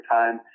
time